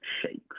shakes